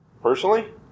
Personally